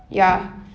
ya